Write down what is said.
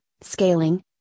scaling